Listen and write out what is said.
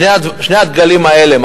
שני הדגלים האלה,